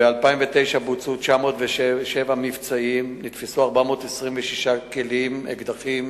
ב-2009 בוצעו 907 מבצעים, נתפסו 426 כלים, אקדחים,